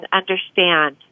understand